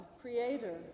Creator